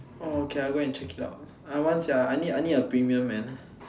orh okay I go and check it out I want sia I need I need a premium man